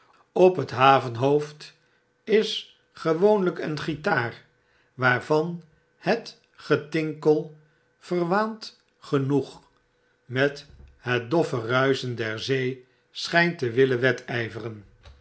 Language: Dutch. op het havenhoofd is gewoonlyk een gitaar waarvan overdeukken het getinkel verwaand genoeg met het doffe ruischen der zee schynt te willen wedyveren